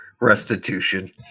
Restitution